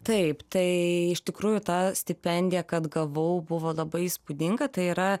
taip tai iš tikrųjų tą stipendiją kad gavau buvo labai įspūdinga tai yra